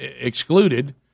excluded